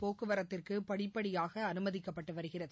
போக்குவரத்திற்கு படிப்படியாக அனுமதிக்கப்பட்டு வருகிறது